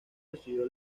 recibió